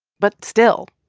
but still,